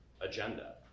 agenda